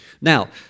Now